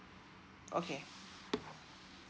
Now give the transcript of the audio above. okay